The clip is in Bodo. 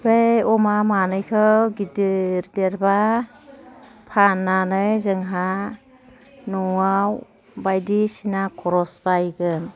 बे अमा मानैखौ गिदिर देरबा फाननानै जोंहा न'आव बायदिसिना खरस बायगोन